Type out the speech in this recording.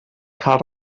cal